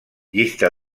llista